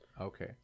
Okay